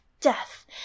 death